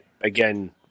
again